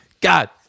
God